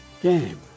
Game